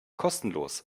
kostenlos